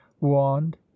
wand